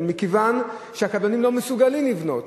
מכיוון שהקבלנים לא מסוגלים לבנות,